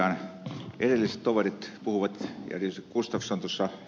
edelliset toverit puhuivat ja erityisesti ed